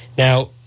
Now